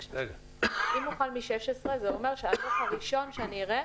אם הוא חל מ-2016 זה אומר שהדוח הראשון שאני אראה